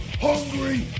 hungry